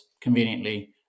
conveniently